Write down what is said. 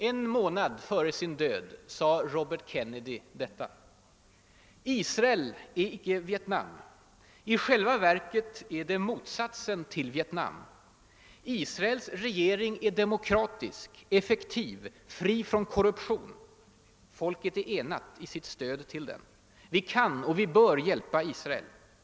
En månad före sin död sade Robert Kennedy: »Israel är inte Vietnam. I själva verket är det motsatsen till Vietnam. Israels regering är demokratisk, effektiv, fri från korruption, folket är enat i sitt stöd till den. Vi kan och bör hjälpa Israel.